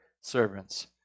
servants